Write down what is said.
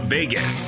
Vegas